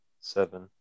seven